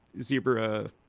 zebra